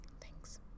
Thanks